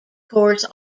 course